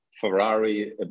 Ferrari